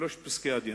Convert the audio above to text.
שלושת פסקי-הדין.